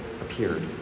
appeared